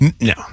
No